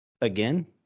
again